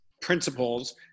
principles